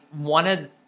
wanted